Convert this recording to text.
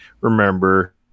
remember